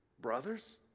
Brothers